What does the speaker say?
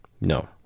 No